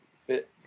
fit